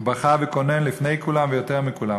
הוא בכה וקונן לפני כולם ויותר מכולם.